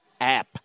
app